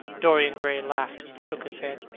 dorian gray laughed and shook his head.